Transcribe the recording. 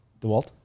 DeWalt